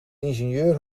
ingenieur